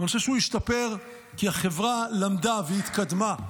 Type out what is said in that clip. אני חושב שהוא השתפר כי החברה למדה והתקדמה,